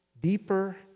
deeper